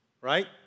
right